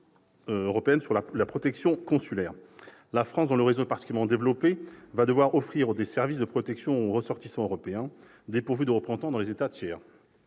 européenne sur la protection consulaire. La France, dont le réseau est particulièrement développé, va devoir offrir ses services de protection aux ressortissants européens dépourvus de représentation dans les pays tiers.